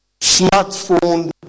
smartphone